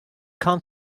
come